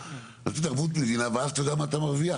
לתת ערבות מדינה ואז אתה יודע מה אתה מרוויח?